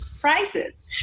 prices